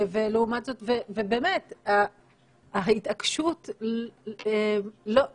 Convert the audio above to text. ברור